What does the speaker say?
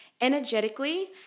Energetically